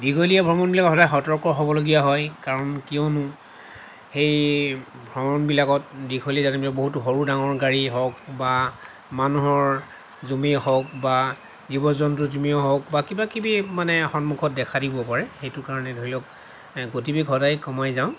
দীঘলীয়া ভ্ৰমণবিলাকত সদায় সতৰ্ক হ'বলগীয়া হয় কাৰণ কিয়নো সেই ভ্ৰমণবিলাকত দীঘলীয়া যাত্ৰাবিলাকত বহুতো সৰু ডাঙৰ গাড়ীয়ে হওঁক বা মানুহৰ জুমে হওঁক বা জীৱ জন্তুৰ জুমে হওঁক বা কিবা কিবি মানে সন্মুখত দেখা দিব পাৰে সেইটো কাৰণে ধৰি লওঁক গতিবেগ সদায় কমাই যাওঁ